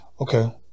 Okay